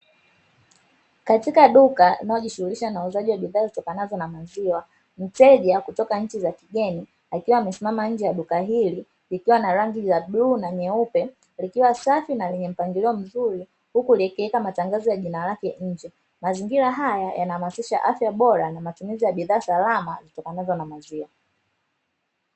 Katika duka linalojishughulisha na uuzaji wa bidhaa zitokanazo na maziwa, mteja kutoka nchi za kigeni akiwa amesimama nje ya duka hili likiwa na rangi za bluu na nyeupe likiwa safi na lenye mpangilio mzuri huku likiweka matangazo ya jina lake nje. Mazingira haya yanahamasisha afya bora na matumizi ya bidhaa salama zitokanazo na maziwa.